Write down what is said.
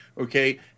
Okay